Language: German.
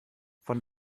von